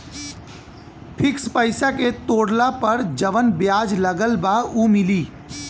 Fix पैसा के तोड़ला पर जवन ब्याज लगल बा उ मिली?